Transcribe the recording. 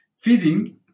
feeding